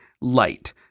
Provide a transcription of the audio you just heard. light